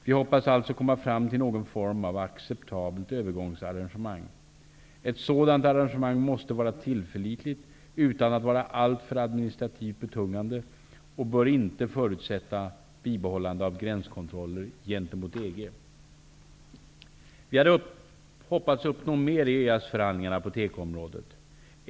Vi hoppas alltså kunna komma fram till någon form av acceptabelt övergångsarrangemang. Ett sådant arrangemang måste vara tillförlitligt utan att vara alltför administrativt betungande och bör inte förutsätta bibehållande av gränskontroller gentemot EG. Vi hade hoppats uppnå mer i EES-förhandlingarna på tekoområdet.